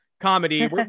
comedy